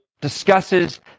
discusses